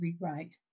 rewrite